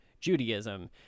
Judaism